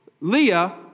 Leah